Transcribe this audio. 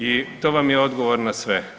I to vam je odgovor na sve.